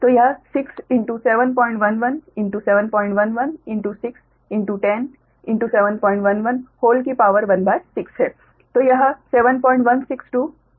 तो यह 671171161071116 है यह 7162 मीटर आएगा